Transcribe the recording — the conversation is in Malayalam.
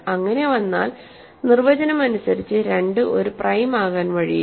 അങ്ങിനെ വന്നാൽ നിർവചനം അനുസരിച്ച് 2 ഒരു പ്രൈം ആകാൻ വഴിയില്ല